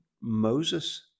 Moses